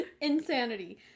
insanity